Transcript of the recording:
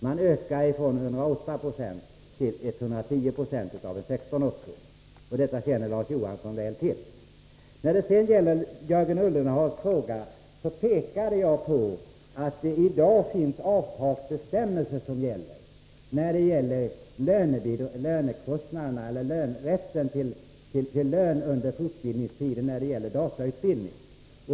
Man ökar från 108 9 till 110 96 av en 16-årskull och detta känner Larz Johansson väl till. När det sedan gäller Jörgen Ullenhags fråga, så pekade jag på att det i dag finns avtalsbestämmelser i fråga om rätten till lön under fortbildningstiden för datautbildning.